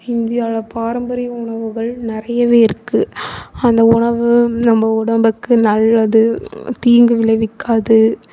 இந்தியாவில் பாரம்பரிய உணவுகள் நிறையவே இருக்குது அந்த உணவு நம்ம உடம்புக்கு நல்லது தீங்கு விளைவிக்காது